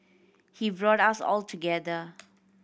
he brought us all together